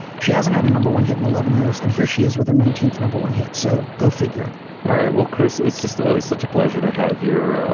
she hasn't had a number one hit in eleven years. and here she is with her nineteenth number one hit. so go figure all right. well, chris, it's just always such a pleasure to have your